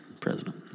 president